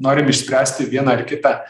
norim išspręsti vieną ar kitą